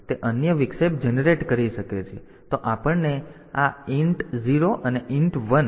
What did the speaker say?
તેથી તે અન્ય વિક્ષેપ જનરેટ કરી શકે છે તો આપણને આ INT 0 અને INT 1 પિન મળ્યાં છે